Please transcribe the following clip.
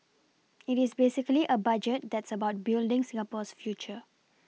it is basically a budget that's about building Singapore's future